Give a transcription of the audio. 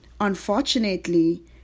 Unfortunately